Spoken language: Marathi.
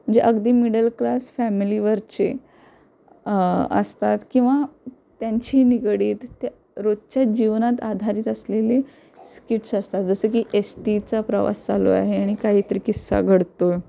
जे अगदी मिडल क्लास फॅमिलीवरचे असतात किंवा त्यांची निगडित रोजच्या जीवनात आधारित असलेली स्किट्स असतात जसं की एस टीचा प्रवास चालू आहे आणि काही तरी किस्सा घडतो आहे